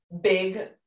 big